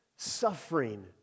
Suffering